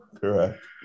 Correct